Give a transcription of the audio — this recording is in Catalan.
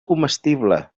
comestible